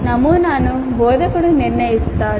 నమూనాను బోధకుడు నిర్ణయిస్తారు